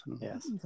Yes